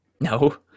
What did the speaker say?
No